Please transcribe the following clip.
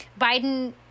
Biden—